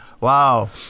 Wow